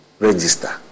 Register